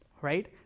right